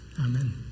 Amen